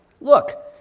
Look